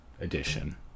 edition